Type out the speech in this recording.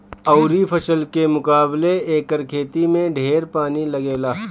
अउरी फसल के मुकाबले एकर खेती में ढेर पानी लागेला